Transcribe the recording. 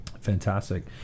Fantastic